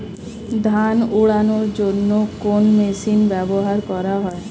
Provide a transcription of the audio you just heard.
ধান উড়ানোর জন্য কোন মেশিন ব্যবহার করা হয়?